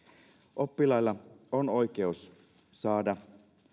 oppilailla on oikeus saada